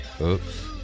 Oops